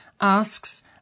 asks